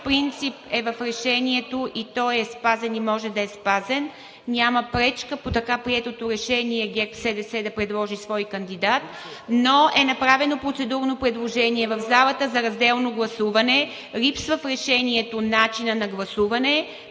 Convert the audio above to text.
принцип е в решението, той е спазен и може да е спазен. Няма пречка по така приетото решение ГЕРБ-СДС да предложи свой кандидат, но е направено процедурно предложение в залата за разделно гласуване. В решението липсва начинът на гласуване,